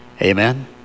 Amen